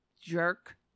jerk